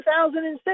2006